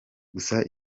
gusa